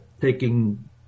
taking